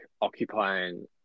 occupying